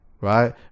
Right